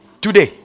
today